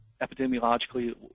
epidemiologically